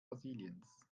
brasiliens